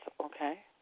okay